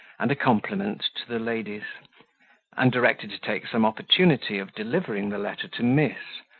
and a compliment to the ladies and directed to take some opportunity of delivering the letter to miss,